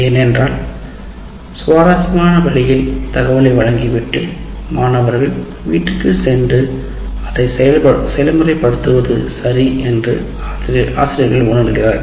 ஏனென்றால் சுவாரஸ்யமான வழியில் தகவலை வழங்கிவிட்டு மாணவர்கள் வீட்டிற்கு சென்று அதை செயல்முறைப் படுத்துவது சரி என்று ஆசிரியர்கள் உணர்கிறார்கள்